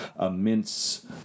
immense